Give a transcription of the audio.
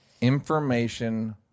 information